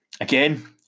Again